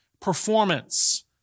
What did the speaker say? performance